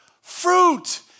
fruit